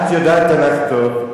את יודעת תנ"ך טוב,